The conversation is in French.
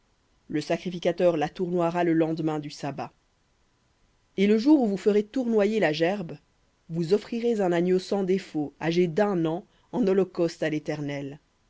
le sacrificateur la tournoiera le lendemain du sabbat et le jour où vous ferez tournoyer la gerbe vous offrirez un agneau sans défaut âgé d'un an en holocauste à l'éternel